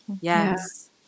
Yes